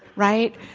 right?